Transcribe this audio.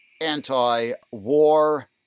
anti-war